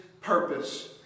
purpose